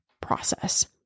process